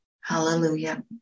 hallelujah